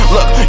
Look